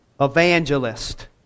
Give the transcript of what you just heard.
evangelist